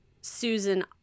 Susan